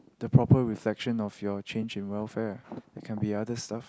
the proper reflection of your change in welfare it can be other stuff